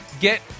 get